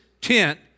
tent